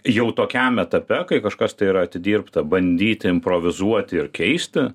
jau tokiam etape kai kažkas tai yra atidirbta bandyti improvizuoti ir keisti